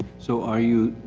so are you,